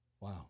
Wow